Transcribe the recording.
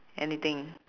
anything